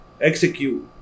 execute